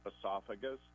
esophagus